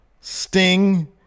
sting